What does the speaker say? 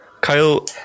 Kyle